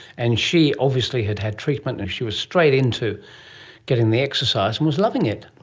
and she obviously had had treatment and she was straight into getting the exercise and was loving it.